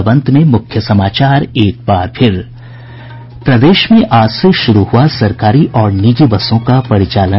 और अब अंत में मुख्य समाचार एक बार फिर प्रदेश में आज से शुरू हुआ सरकारी और निजी बसों का परिचालन